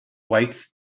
whites